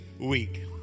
week